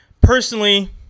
Personally